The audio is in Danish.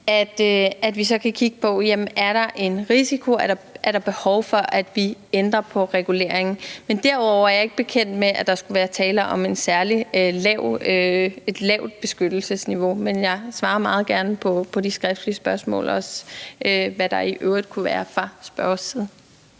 kan kigge på, om der er en risiko, og om der er behov for, at vi ændrer på reguleringen. Men derudover er jeg ikke bekendt med, at der skulle være tale om et særligt lavt beskyttelsesniveau. Men jeg svarer meget gerne på skriftlige spørgsmål og på, hvad der i øvrigt kunne være fra spørgerens